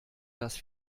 das